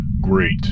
Great